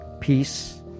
peace